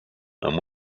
amb